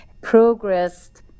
progressed